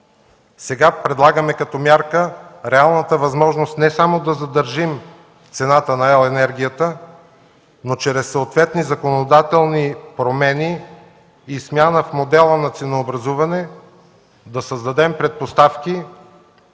Сега предлагаме като мярка реалната възможност не само да задържим цената на електроенергията, но чрез съответни законодателни промени и смяна в модела на ценообразуване да създадем предпоставки